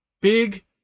big